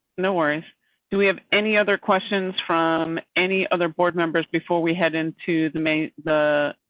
no worries do we have any other questions from any other board members before we head into the may the.